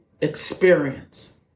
experience